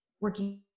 working